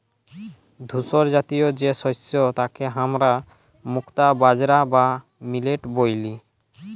ধূসরজাতীয় যে শস্য তাকে হামরা মুক্তা বাজরা বা মিলেট ব্যলি